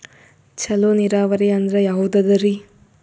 ಚಲೋ ನೀರಾವರಿ ಅಂದ್ರ ಯಾವದದರಿ?